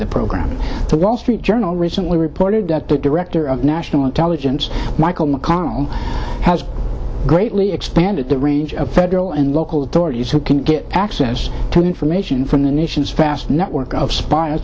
the program the wall street journal recently reported that the director of national intelligence michael mcconnell has greatly expanded the range of federal and local authorities who can get access to information from the nation's fast network of spi